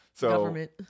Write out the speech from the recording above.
Government